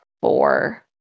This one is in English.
four